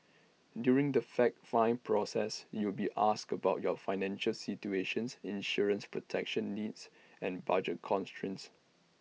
during the fact find process you will be asked about your financial situation insurance protection needs and budget constraints